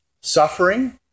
suffering